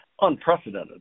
unprecedented